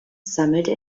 sammelte